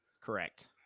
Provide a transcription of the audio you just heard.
Correct